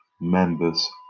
members